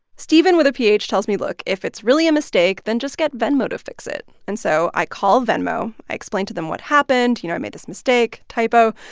stephen with a p h tells me, look. if it's really a mistake, then just get venmo to fix it. and so i call venmo. i explain to them what happened. you know, i made this mistake typo.